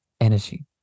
energy